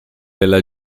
della